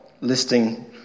listing